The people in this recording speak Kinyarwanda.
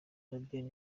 robben